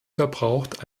verbraucht